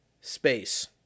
space